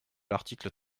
l’article